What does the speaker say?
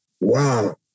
wow